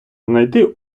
знайти